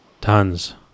Tons